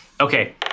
Okay